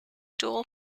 dual